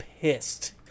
pissed